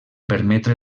permetre